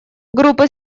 группы